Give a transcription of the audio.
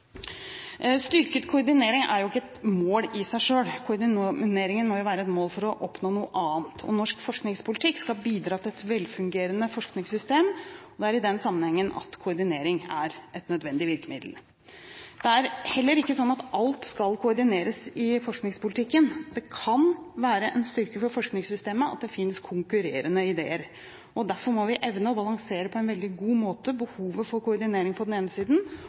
Styrket koordinering er jo ikke et mål i seg selv. Koordineringen må jo være et virkemiddel for å oppnå noe annet. Norsk forskningspolitikk skal bidra til et velfungerende forskningssystem, og det er i denne sammenheng at koordinering er et nødvendig virkemiddel. Det er heller ikke sånn at alt skal koordineres i forskningspolitikken. Det kan være en styrke for forskningssystemet at det finnes konkurrerende ideer. Derfor må vi evne å balansere på en veldig god måte behovet for koordinering på den ene siden